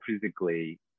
physically